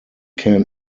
can